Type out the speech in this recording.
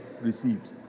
received